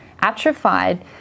atrophied